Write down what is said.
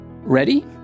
Ready